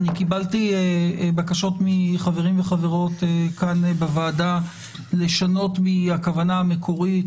קיבלתי בקשות מחברים וחברות כאן בוועדה לשנות מהכוונה המקורית,